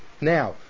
Now